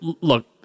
Look